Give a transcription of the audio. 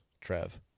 Trev